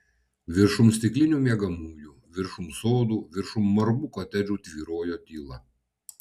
viršum stiklinių miegamųjų viršum sodų viršum margų kotedžų tvyrojo tyla